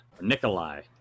Nikolai